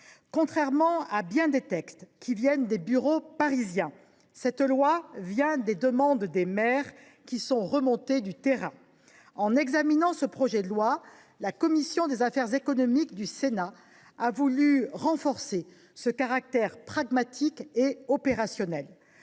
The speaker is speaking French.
Contrairement à bien des textes qui viennent des bureaux parisiens, cette loi vient des demandes des maires et des remontées du terrain. En examinant ce projet de loi, la commission des affaires économiques du Sénat a voulu renforcer son caractère pragmatique et opérationnel.